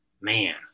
man